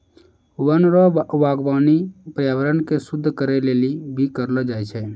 वन रो वागबानी पर्यावरण के शुद्ध करै लेली भी करलो जाय छै